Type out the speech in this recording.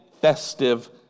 festive